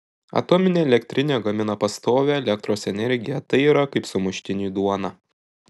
atominė elektrinė gamina pastovią elektros energiją tai yra kaip sumuštiniui duona